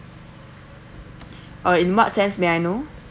uh in what sense may I know